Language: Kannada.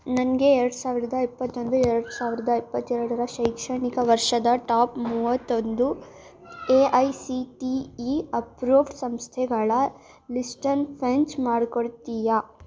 ನನಗೆ ಎರ್ಡು ಸಾವಿರದ ಇಪ್ಪತ್ತೊಂದು ಎರ್ಡು ಸಾವಿರದ ಇಪ್ಪತ್ತೆರಡರ ಶೈಕ್ಷಣಿಕ ವರ್ಷದ ಟಾಪ್ ಮೂವತ್ತೊಂದು A I C T E approved ಸಂಸ್ಥೆಗಳ ಲಿಸ್ಟನ್ನ ಫೆಂಚ್ ಮಾಡ್ಕೊಡ್ತೀಯಾ